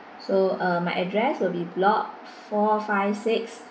so uh my address will be block four five six